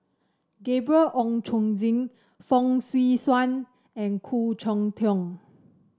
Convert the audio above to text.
Gabriel Oon Chong Jin Fong Swee Suan and Khoo Cheng Tiong